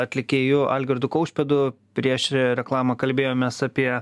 atlikėju algirdu kaušpėdu prieš reklamą kalbėjomės apie